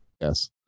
Yes